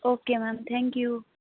okay ma'am thank you